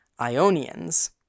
Ionians